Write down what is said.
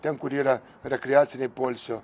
ten kur yra rekreacinė poilsio